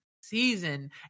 season